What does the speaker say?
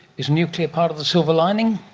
is nuclear part of the silver lining?